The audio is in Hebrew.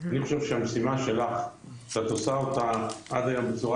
אני חושב שהמשימה שלך שאת עושה אותה עד היום בצורה